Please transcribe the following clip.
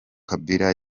kabila